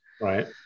Right